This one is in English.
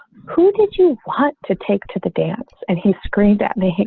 who did you want to take to the dance, and he screamed at me,